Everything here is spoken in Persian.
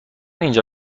اینجا